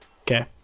Okay